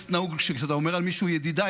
בכנסת נהוג שכשאתה אומר על מישהו "ידידיי",